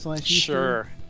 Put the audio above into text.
Sure